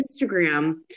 Instagram